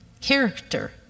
character